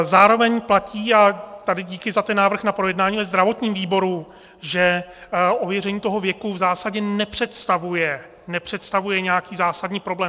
Zároveň platí, a tady díky za ten návrh na projednání ve zdravotním výboru, že ověření toho věku v zásadě nepředstavuje, nepředstavuje nějaký zásadní problém.